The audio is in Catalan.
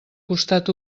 costat